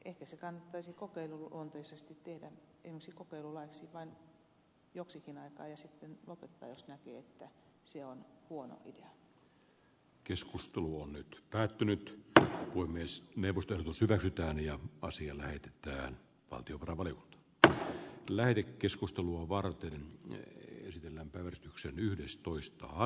ehkä se kannattaisi kokeiluluonteisesti tehdä esimerkiksi kokeilulaiksi vain joksikin aikaa ja sitten lopettaa jos näkee että se on nyt päättynyt tähän kuluu myös new age säveltäjänä ja asia lähetetään pardubravan että lähde keskustelua varten ja ysitiellä tai huono idea